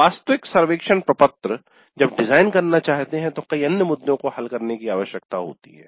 वास्तविक सर्वेक्षण प्रपत्र जब डिजाइन करना चाहते हैं तो कई अन्य मुद्दों को हल करने की आवश्यकता होती है